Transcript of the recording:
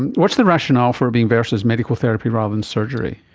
and what's the rationale for it being versus medical therapy rather than surgery?